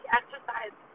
exercise